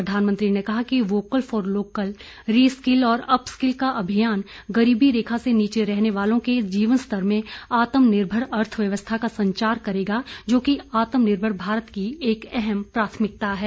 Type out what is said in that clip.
प्रधानमंत्री ने कहा कि vocal for local reskill और अप स्किल का अभियान गरीबी रेखा से नीचे रहने वालों के जीवन स्तर में आत्मनिर्भर अर्थव्यवस्था का संचार करेगा जो कि आत्मनिर्भर भारत की एक अहम प्राथमिकता है